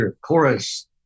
chorus